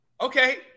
Okay